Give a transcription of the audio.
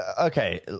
Okay